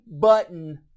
button